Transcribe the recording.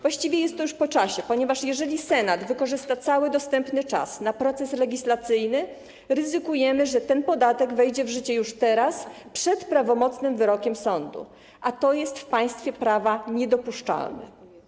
Właściwie jest to już po czasie, ponieważ jeżeli Senat wykorzysta cały dostępny czas na proces legislacyjny, ryzykujemy, że ten podatek wejdzie w życie już teraz, przed prawomocnym wyrokiem sądu, a to jest w państwie prawa niedopuszczalne.